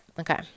Okay